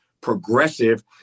progressive